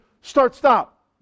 start-stop